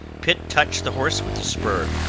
pitt touched the horse with his spur.